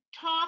talk